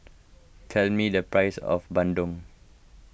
tell me the price of Bandung